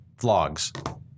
vlogs